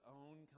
own